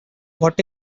what